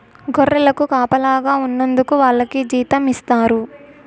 గొర్రెలకు కాపలాగా ఉన్నందుకు వాళ్లకి జీతం ఇస్తారు